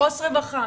עו"ס רווחה,